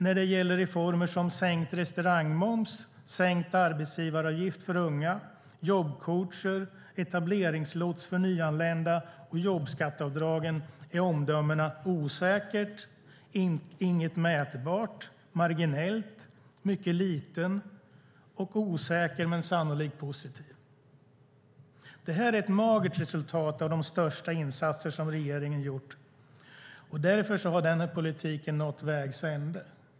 När det gäller reformer som sänkt restaurangmoms, sänkt arbetsgivaravgift för unga, jobbcoacher, etableringslots för nyanlända och jobbskatteavdragen är omdömena: osäkert, inget mätbart, marginellt, mycket liten och osäker men sannolikt positiv. Det här är ett magert resultat av de största insatser som regeringen gjort. Därför har den politiken nått vägs ände.